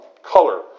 color